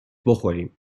بخوریم